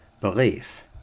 belief